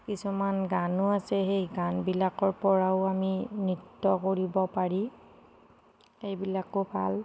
কিছুমান গানো আছে সেই গানবিলাকৰ পৰাও আমি নৃত্য় কৰিব পাৰি এইবিলাকো ভাল